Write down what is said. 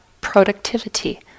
productivity